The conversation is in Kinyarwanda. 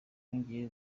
zongeye